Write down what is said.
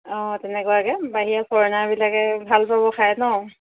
অঁ তেনেকুৱা কে বাহিৰে ফৰেইনাৰবিলাকে ভাল পাব খাই ন